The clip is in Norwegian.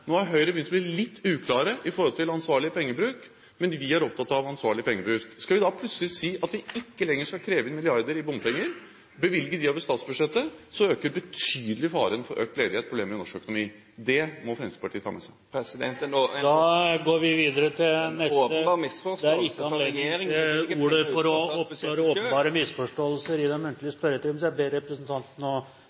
Nå har Høyre begynt å bli litt uklar med hensyn til ansvarlig pengebruk, men vi er opptatt av ansvarlig pengebruk. Skal vi da plutselig si at vi ikke lenger skal kreve inn milliarder i bompenger, men bevilge dem over statsbudsjettet – og så øker vi betydelig faren for økt ledighet og problemer i norsk økonomi? Det må Fremskrittspartiet ta med seg. Det er en åpenbar misforståelse … Det er ikke anledning til å ta ordet for å oppklare åpenbare misforståelser i den muntlige spørretimen, så jeg ber